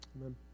Amen